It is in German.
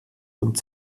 und